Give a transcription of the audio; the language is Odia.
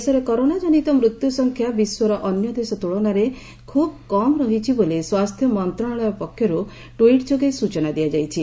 ଦେଶରେ କରୋନାଜନିତ ମୃତ୍ୟୁସଂଖ୍ୟା ବିଶ୍ୱର ଅନ୍ୟ ଦେଶ ତୁଳନାରେ ଖୁବ୍ କମ୍ ରହିଛି ବୋଲି ସ୍ୱାସ୍ଥ୍ୟ ମନ୍ତ୍ରଣାଳୟ ପକ୍ଷରୁ ଟ୍ୱିଟ୍ ଯୋଗେ ସ୍ଟଚନା ଦିଆଯାଇଛି